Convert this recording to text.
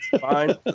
fine